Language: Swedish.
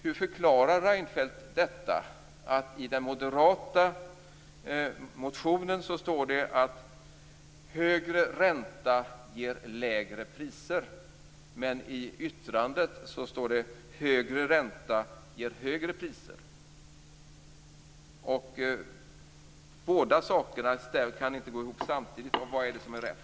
Hur förklarar Reinfeldt att det i den moderata motionen står att högre ränta ger lägre priser, men att det i yttrandet står att högre ränta ger högre priser? Båda sakerna kan inte gå ihop samtidigt. Vad är det som är rätt?